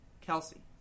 Kelsey